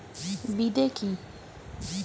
বিদে কি?